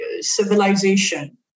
civilization